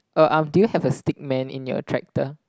uh um do you have a stick man in your tractor